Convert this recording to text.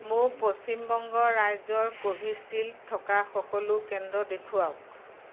মোক পশ্চিম বংগ ৰাজ্যৰ কোভিচিল্ড থকা সকলো কেন্দ্ৰ দেখুৱাওক